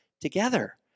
together